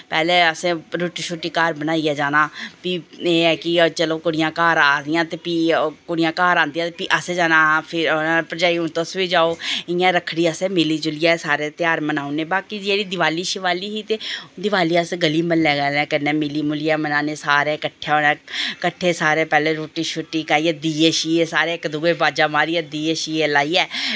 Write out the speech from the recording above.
पैह्लें अस घर रुट्टी शुट्टी बनाइयै जाना फ्ही एह् ऐ कि चलो कुड़ियां घर आई दियां ते कुड़ियां घर आंदियां ते फ्ही भरजाई तुसबी जाओ इयां रक्खड़ी असैं मिली जुलियै सारे ध्योहार बनाई ओड़ने बाकी जेह्ड़ी दिवाली ही ते दिवाली अस गली म्ह्ल्ले आह्लें कन्नै बनाने रली मिलियै कट्ठे सारे पैह्लैं रुट्टी शुट्टी बनाइयै दिये शिये इक दुए गी अवाजां मारियै दिये लाइयै